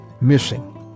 missing